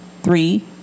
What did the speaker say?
three